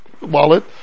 wallet